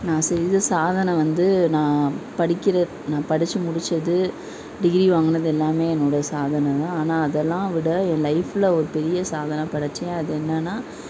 நான் செய்த சாதனை வந்து நான் படிக்கிற நான் படித்து முடித்தது டிகிரி வாங்கினது எல்லாமே என்னோடய சாதனை தான் ஆனால் அதெல்லாம் விட என் லைஃப்ல ஒரு பெரிய சாதனை படைத்தேன் அது என்னன்னா